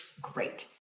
great